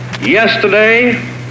Yesterday